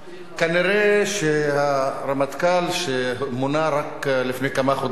כנראה שהרמטכ"ל שמונה רק לפני כמה חודשים,